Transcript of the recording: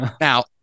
Now